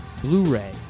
Blu-ray